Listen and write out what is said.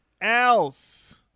else